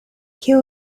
kiu